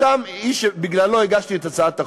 סתם איש שבגללו הגשתי את הצעת החוק,